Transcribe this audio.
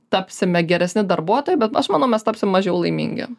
tapsime geresni darbuotojai bet aš manau mes tapsim mažiau laimingi